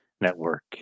Network